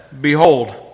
Behold